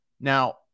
Now